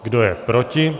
Kdo je proti?